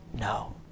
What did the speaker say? No